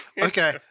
Okay